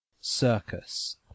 circus